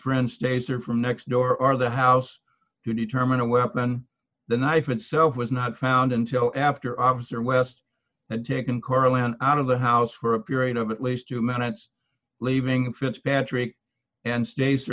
friends days or from next door or the house to determine a weapon the knife itself was not found until after officer west had taken carlyon out of the house for a period of at least two minutes leaving fitzpatrick and stays